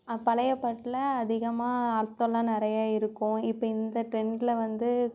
அப் பழைய பாட்டில் அதிகமாக அர்த்தம்லாம் நிறையா இருக்கும் இப்போ இந்த ட்ரெண்டில் வந்து